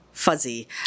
fuzzy